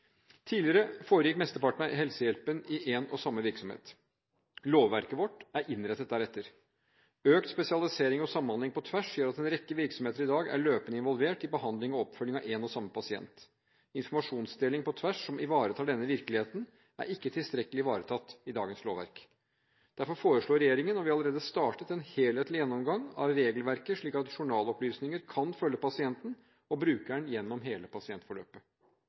Tidligere foregikk mesteparten av helsehjelpen i én og samme virksomhet. Lovverket vårt er innrettet deretter. Økt spesialisering og samhandling på tvers gjør at en rekke virksomheter i dag er løpende involvert i behandling og oppfølging av én og samme pasient. Informasjonsdeling på tvers, som ivaretar denne virkeligheten, er ikke tilstrekkelig ivaretatt i dagens lovverk. Derfor foreslår regjeringen – og vi har allerede startet – en helhetlig gjennomgang av regelverket, slik at journalopplysninger kan følge pasienten og brukeren gjennom hele